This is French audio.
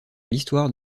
l’histoire